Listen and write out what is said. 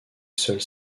seuls